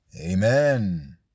Amen